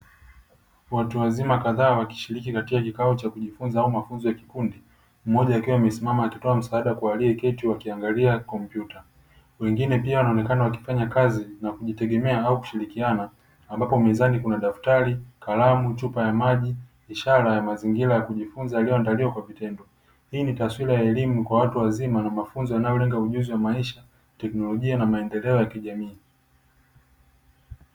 Watu wazima kadhaa wakishiriki katika kikao cha kujifunza au mafunzo ya kikundi mmoja akiwa amesimama akitoa msaada kwa aliyeketi wakiangalia kompyuta, wengine pia wanaonekana wakifanya kazi na kujitegemea au kushirikiana ambapo mezani kuna daftari, kalamu, chupa ya maji, ishara ya mazingira ya kujifunza yaliyoandaliwa kwa vitendo, hii ni taswira ya elimu kwa watu wazima na mafunzo yanayolenga ujuzi wa maisha, teknolojia, na maendeleo ya kijamii.